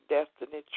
Destiny